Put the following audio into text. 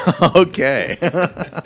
Okay